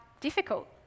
difficult